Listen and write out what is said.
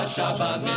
Shabbat